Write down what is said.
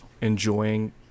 enjoying